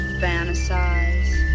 fantasize